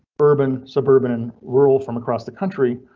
urban, suburban and rural from across the country,